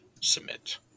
submit